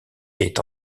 est